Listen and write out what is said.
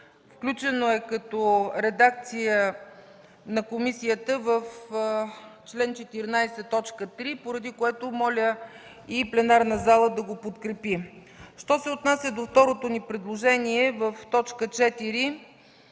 включено като редакция на комисията в чл. 14, т. 3, поради което моля и пленарната зала да го подкрепи. Що се отнася до второто ни предложение е в т. 4,